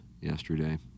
yesterday